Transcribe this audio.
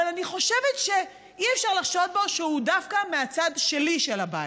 אבל אני חושבת שאי-אפשר לחשוד בו שהוא דווקא מהצד שלי של הבית,